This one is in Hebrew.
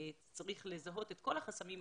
שצריך לזהות את כל החסמים.